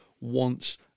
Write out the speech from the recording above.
wants